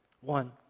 One